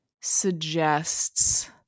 suggests